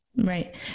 Right